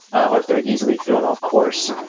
or if they're easily thrown off course,